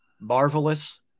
Marvelous